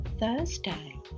Thursday